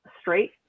straight